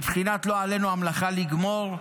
בבחינת לא עלינו המלאכה לגמור,